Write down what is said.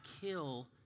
kill